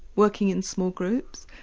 working in small groups,